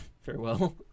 Farewell